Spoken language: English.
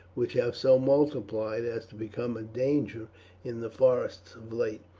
which have so multiplied as to become a danger in the forests of late.